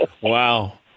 Wow